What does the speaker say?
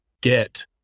get